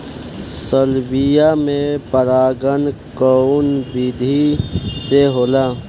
Salvia में परागण कउना विधि से होला?